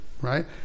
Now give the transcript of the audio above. right